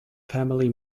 family